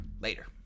Later